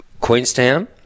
Queenstown